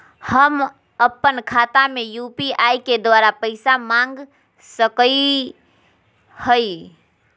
हम अपन खाता में यू.पी.आई के द्वारा पैसा मांग सकई हई?